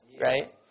Right